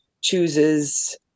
chooses